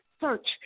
search